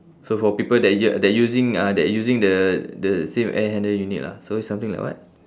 so for people that u~ that using ah that using the the same air handling unit lah so it's something like what